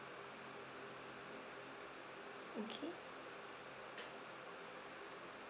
okay